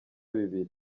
bibiri